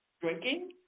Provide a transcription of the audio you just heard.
drinking